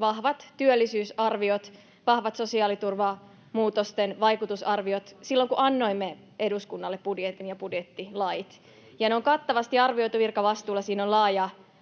vahvat työllisyysarviot, vahvat sosiaaliturvamuutosten vaikutusarviot silloin, kun annoimme eduskunnalle budjetin ja budjettilait. Ne on kattavasti arvioitu virkavastuulla. Siinä on laaja